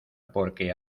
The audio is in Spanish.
porque